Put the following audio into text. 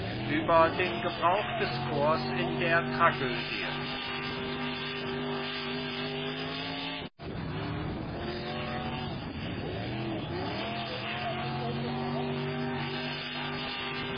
über den gebrauch des chors in der tragödie